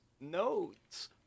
notes